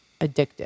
addictive